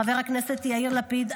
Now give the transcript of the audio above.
חבר הכנסת יאיר לפיד,